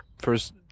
first